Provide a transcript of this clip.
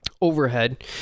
overhead